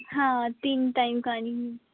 हां तिन्न टाईम खानी ही